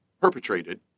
perpetrated